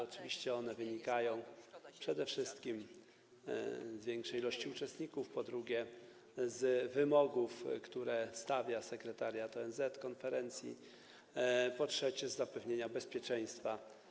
Oczywiście to wynika przede wszystkim z większej ilości uczestników, po drugie, z wymogów, które stawia sekretariat OZN konferencji, po trzecie, z konieczności zapewnienia bezpieczeństwa.